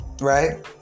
right